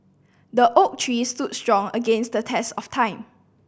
the oak tree stood strong against the test of time